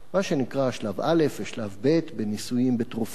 מה שנקרא שלב א' ושלב ב' בניסויים בתרופות.